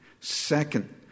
Second